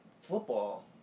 football